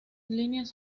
líneas